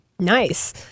Nice